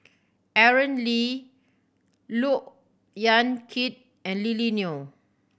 Aaron Lee Look Yan Kit and Lily Neo